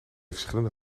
verschillende